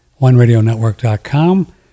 OneRadioNetwork.com